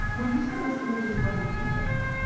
when you saw those images, what did you think?